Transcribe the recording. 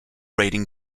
rating